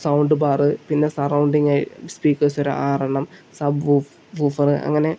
sound bar പിന്നെ surrounding speakers ഒരാറെണ്ണം sub woof woofer അങ്ങനെ